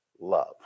love